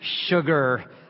sugar